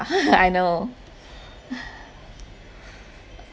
I know